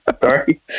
Sorry